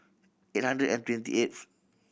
eight hundred and twenty eighth